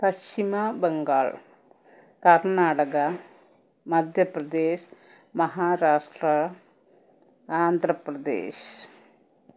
Paschim Bangal Karnataka Madhya Pradesh Maharashtra Andhra Pradesh